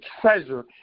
treasure